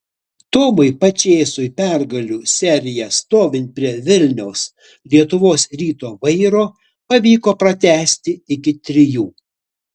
tomui pačėsui pergalių seriją stovint prie vilniaus lietuvos ryto vairo pavyko pratęsti iki trijų